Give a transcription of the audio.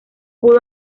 pudo